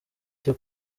cyo